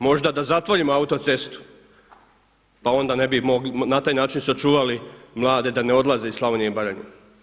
Možda da zatvorimo autocestu pa onda ne bi mogli, na taj način sačuvali mlade da ne odlaze iz Slavonije i Baranje.